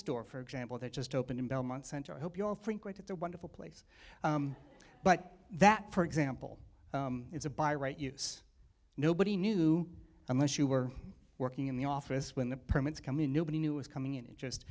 bookstore for example that just opened in belmont center i hope you all frequent it's a wonderful place but that for example is a by right use nobody knew unless you were working in the office when the permits come in nobody knew was coming in it just